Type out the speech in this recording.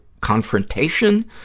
confrontation